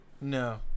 No